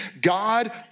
God